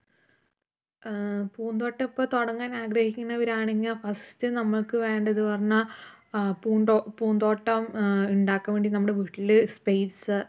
പൂന്തോട്ടം ഇപ്പം തുടങ്ങാൻ ആഗ്രഹിയ്ക്കുന്നവരാണെങ്കിൽ ഫസ്റ്റ് നമുക്ക് വേണ്ടത് പറഞ്ഞാൽ പൂന്തോട്ടം ഉണ്ടാക്കാൻ വേണ്ടി നമ്മുടെ വീട്ടിൽ സ്പെയ്റ്റ്സ്